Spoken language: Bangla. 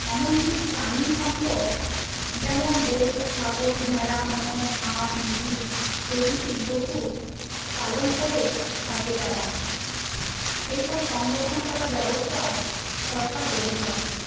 এমনকি প্রাণী সম্পদ যেমন গরু ছাগল ভেড়া মোষ হাঁস মুরগি প্রভৃতি পশুপালন করে থাকে তারা সেই সব সংরক্ষণ করার ব্যাবস্থাও সরকার করে থাকে